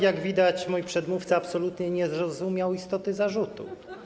Jak widać, mój przedmówca absolutnie nie zrozumiał istoty zarzutu.